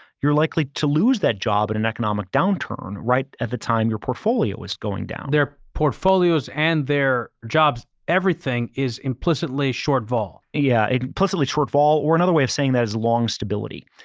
you're likely to lose that job in an economic downturn right at the time your portfolio is going down. their portfolios and their jobs, everything is implicitly short vol. yeah, implicitly short vol or another way of saying there's long instability.